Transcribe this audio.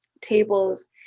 tables